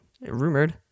rumored